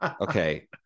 okay